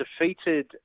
defeated